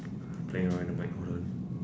something wrong with the mic hold on